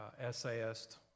essayist